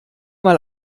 mal